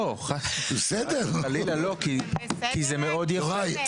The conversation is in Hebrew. לא, חס וחלילה, לא, כי זה מאוד יפה.